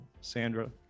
Sandra